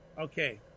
Okay